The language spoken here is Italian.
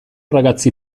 ragazzi